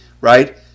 right